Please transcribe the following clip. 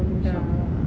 yeah